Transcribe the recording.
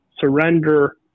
surrender